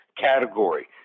category